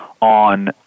on